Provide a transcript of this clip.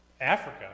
Africa